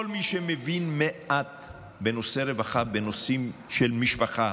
כל מי שמבין מעט בנושא רווחה, בנושאים של משפחה,